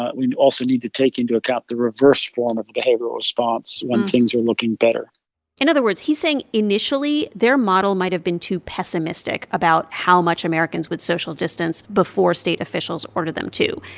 ah we also need to take into account the reverse form of behavioral response, when things are looking better in other words, he's saying, initially, their model might have been too pessimistic about how much americans would social distance before state officials ordered them to.